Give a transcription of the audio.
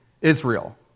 Israel